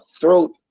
throat